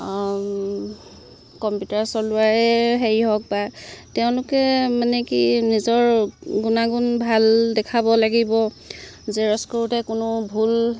computer চলোৱাই হেৰি হওক বা তেওঁলোকে মানে কি নিজৰ গুণাগুণ ভাল দেখাব লাগিব জেৰক্স কৰোঁতে কোনো ভুল